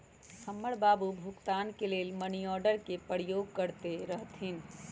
हमर बबा भुगतान के लेल मनीआर्डरे के प्रयोग करैत रहथिन